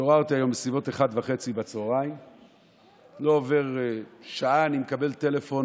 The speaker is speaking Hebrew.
התעוררתי היום בסביבות 13:30. לא עוברת שעה ואני מקבל טלפון